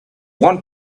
want